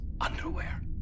underwear